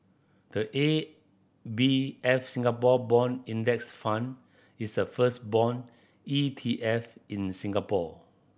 the A B F Singapore Bond Index Fund is the first bond E T F in Singapore